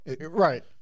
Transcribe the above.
Right